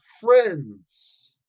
friends